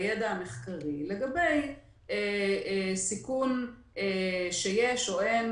בידע המחקרי לגבי סיכון שיש או אין,